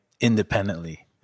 independently